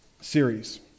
series